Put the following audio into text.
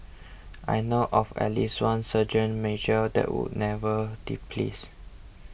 I know of at least one sergeant major that would never displeased